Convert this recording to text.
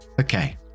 okay